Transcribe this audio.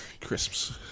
Crisps